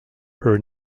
her